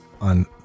on